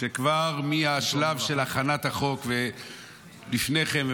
שכבר מהשלב של הכנת החוק ולפני כן,